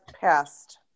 passed